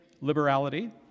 liberality